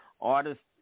Artists